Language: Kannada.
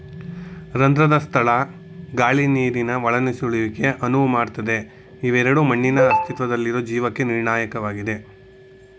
ರಂಧ್ರದ ಸ್ಥಳ ಗಾಳಿ ನೀರಿನ ಒಳನುಸುಳುವಿಕೆಗೆ ಅನುವು ಮಾಡ್ತದೆ ಇವೆರಡೂ ಮಣ್ಣಿನ ಅಸ್ತಿತ್ವದಲ್ಲಿರೊ ಜೀವಕ್ಕೆ ನಿರ್ಣಾಯಕವಾಗಿವೆ